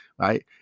right